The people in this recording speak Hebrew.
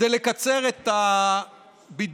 כדי לקצר את הבידוד,